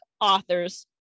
authors